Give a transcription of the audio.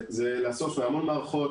זה לאסוף מהמון מערכות,